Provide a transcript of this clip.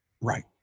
Right